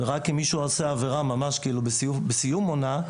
ורק אם מישהו עושה עבירה ממש בסיום עונה,